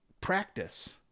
practice